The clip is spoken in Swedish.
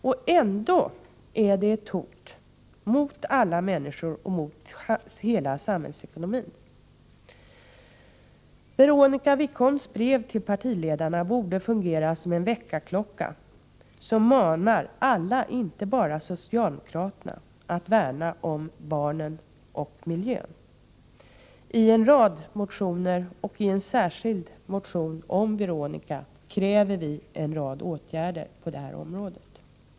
Och ändå är den påverkan som sker på miljön ett hot mot alla människor och mot hela samhällsekonomin. Veronica Wikholms brev till partiledarna borde fungera som en väckarklocka — en väckarklocka som manar alla, inte bara socialdemokraterna, att värna om barnen och miljön. I en rad motioner och i en särskild motion om Veronica Wikholm kräver vi en rad åtgärder på det här området.